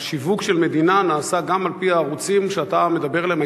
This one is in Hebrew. השיווק של המדינה נעשה גם על-פי הערוצים שאתה מדבר עליהם.